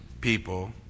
people